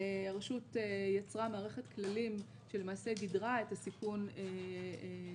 הרשות יצרה מערכת כללים שלמעשה גידרה את הסיכון ככל